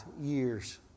years